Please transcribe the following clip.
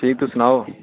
होर तुस सनाओ